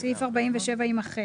הצבעה לא התקבל.